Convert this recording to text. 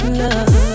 love